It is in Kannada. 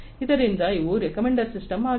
ಆದ್ದರಿಂದ ಇವು ರಿಕಮೆಂಡರ್ ಸಿಸ್ಟಮ್ಸ್ ಆಗಿದೆ